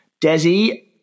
Desi